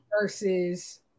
versus